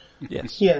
Yes